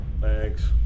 Thanks